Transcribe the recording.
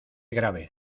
grave